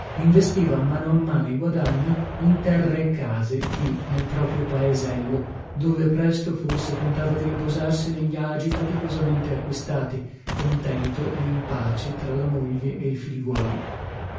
investiva a mano a mano i guadagni in terre e case qui nel proprio paesello dove presto forse contava di riposarsi negli agi faticosamente acquistati contento e in pace tra la moglie e i figliuoli